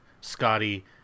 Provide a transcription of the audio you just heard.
scotty